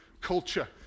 culture